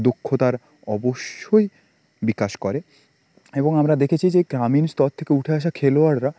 দক্ষতার অবশ্যই বিকাশ করে এবং আমরা দেখেছি যে গ্রামীণ স্তর থেকে উঠে আসা খেলোয়াড়রা